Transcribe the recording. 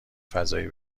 فضایی